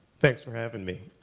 thanks for having me.